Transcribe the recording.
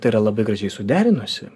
tai yra labai gražiai suderinusi